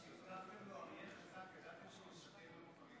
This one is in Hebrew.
ידעתם שהוא משקר לבוחרים